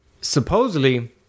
Supposedly